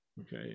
okay